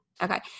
Okay